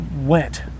went